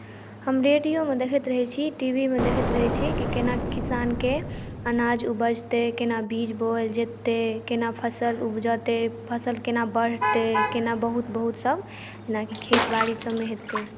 हम रेडिओमे देखैत रहैत छी टीवीमे देखैत रहैत छी कि केना किसानके अनाज उपजतै केना बीज बोअल जेतय केना फसल उपजतै फसल केना बढ़तै केना बहुत बहुतसभ जेनाकि खेत बाड़ीसभमे हेतय